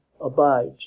abides